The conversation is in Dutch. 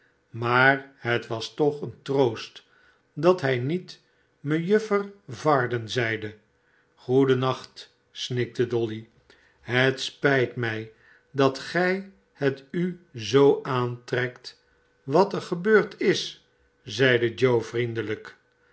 maar het was tocheen troost dat hij niet smejuffer varden zeide goeden nacht snikte dolly a het spijt mij dat gij het u zoo aantrekt wat er gebeurd is zeide joe vriendelijk